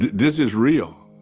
this is real.